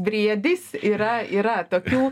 briedis yra yra tokių